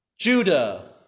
Judah